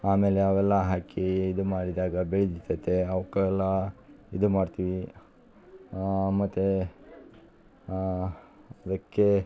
ಆಮೇಲೆ ಅವೆಲ್ಲ ಹಾಕಿ ಇದು ಮಾಡಿದಾಗ ಬೆಳಿತೈತೆ ಅವ್ಕೆಲ್ಲಾ ಇದು ಮಾಡ್ತೀವಿ ಮತ್ತು ಅದಕ್ಕೆ